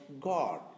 God